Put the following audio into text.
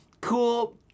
cool